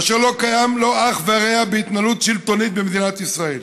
אשר אין לו אח ורע בהתנהלות שלטונית במדינת ישראל.